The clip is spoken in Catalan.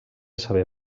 saber